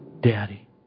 Daddy